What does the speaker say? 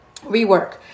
rework